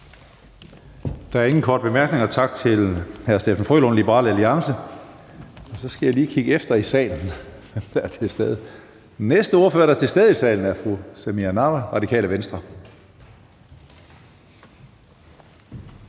Der er ingen korte bemærkninger. Tak til hr. Steffen W. Frølund, Liberal Alliance. Næste ordfører, der er til stede i salen, er fru Samira Nawa, Radikale Venstre.